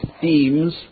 themes